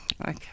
Okay